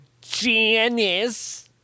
Janice